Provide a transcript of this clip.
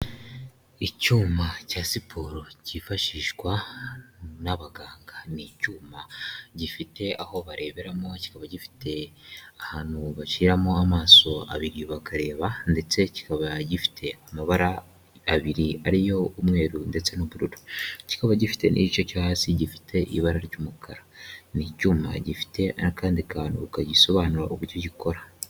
Icyuma cya siporo cyifashishwa n'abaganga, ni icyuma gifite aho bareberamo, kikaba gifite ahantu bashyiramo amaso abiri bakareba ndetse kikaba gifite amabara abiri ariyo umweru ndetse n'ubururu, kikaba gifite n'igice cyo hasi gifite ibara ry'umukara, ni icyuma gifite akandi kantu kagisobanura uburyo gikora.